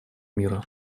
мира